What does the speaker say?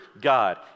God